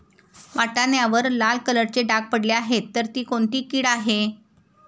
वाटाण्यावर लाल कलरचे डाग पडले आहे तर ती कोणती कीड आहे?